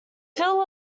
phil